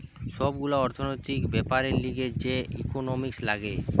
সব গুলা অর্থনৈতিক বেপারের লিগে যে ইকোনোমিক্স লাগে